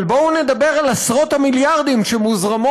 אבל בואו נדבר על עשרות המיליארדים שמוזרמים